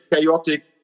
chaotic